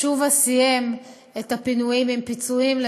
תשובה סיים את הפינויים עם פיצויים,